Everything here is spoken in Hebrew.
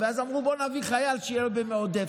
ואז אמרו: בואו נביא חייל שיהיה במועדפת.